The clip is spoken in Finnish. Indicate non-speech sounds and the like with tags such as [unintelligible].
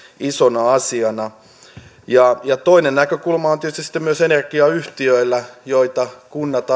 isona asiana toinen näkökulma on tietysti sitten myös energiayhtiöillä kuntaomisteisillakin joilta kunnat [unintelligible]